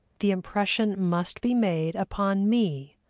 the impression must be made upon me,